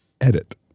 Edit